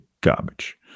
garbage